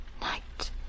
night